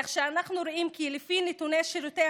כך שאנחנו רואים כי לפי נתוני שירותי